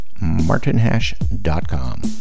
martinhash.com